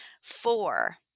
four